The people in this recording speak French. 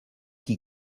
qui